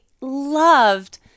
loved